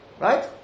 Right